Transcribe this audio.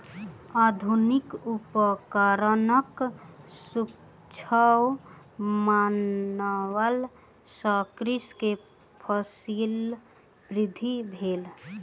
आधुनिक उपकरणक सुझाव मानला सॅ कृषक के फसील वृद्धि भेल